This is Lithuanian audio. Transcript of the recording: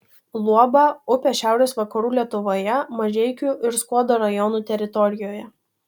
luoba upė šiaurės vakarų lietuvoje mažeikių ir skuodo rajonų teritorijoje